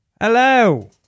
Hello